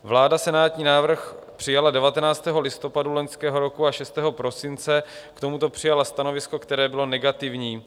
Vláda senátní návrh přijala 19. listopadu loňského roku a 6. prosince k tomuto přijala stanovisko, které bylo negativní.